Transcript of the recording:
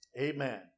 Amen